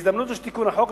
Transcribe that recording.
בהזדמנות זו של תיקון החוק,